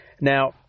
Now